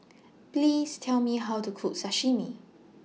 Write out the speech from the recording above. Please Tell Me How to Cook Sashimi